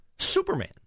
Superman